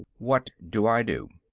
what do i do?